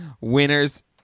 Winners